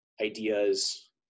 ideas